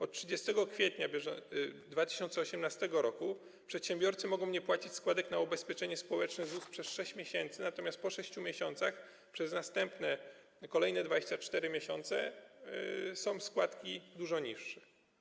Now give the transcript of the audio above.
Od 30 kwietnia 2018 r. przedsiębiorcy mogą nie płacić składek na ubezpieczenie społeczne ZUS przez 6 miesięcy, natomiast po 6 miesiącach przez kolejne 24 miesiące są składki dużo niższe.